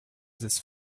these